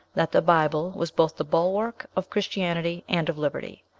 that the bible was both the bulwark of christianity and of liberty.